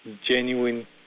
genuine